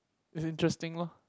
it's interesting loh